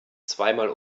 zweimal